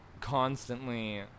constantly